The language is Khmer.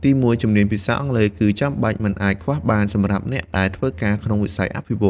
ទីមួយជំនាញភាសាអង់គ្លេស គឺចាំបាច់មិនអាចខ្វះបានសម្រាប់អ្នកដែលធ្វើការក្នុងវិស័យអភិវឌ្ឍន៍។